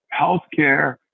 healthcare